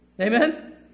Amen